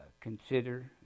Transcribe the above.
consider